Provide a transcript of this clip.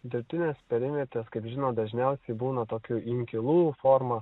dirbtinės perimvietės kaip žinot dažniausiai būna tokių inkilų forma